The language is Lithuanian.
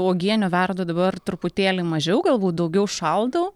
uogienių verdu dabar truputėlį mažiau galbūt daugiau šaldau